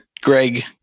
Greg